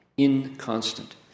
inconstant